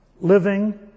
living